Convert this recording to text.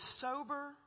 sober